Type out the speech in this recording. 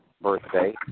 birthday